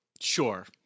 Sure